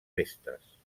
restes